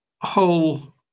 whole